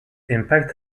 impact